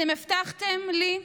אתם הבטחתם לי.